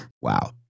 wow